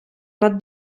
над